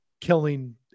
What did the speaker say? killing